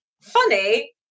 funny